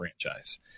franchise